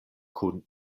kun